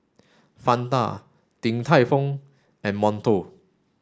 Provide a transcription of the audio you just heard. Fanta Din Tai Fung and Monto